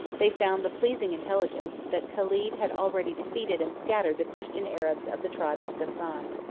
they found the pleasing intelligence, that caled had already defeated and scattered the christian arabs of the tribe of gassan.